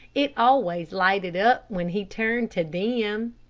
it always lighted up when he turned to them.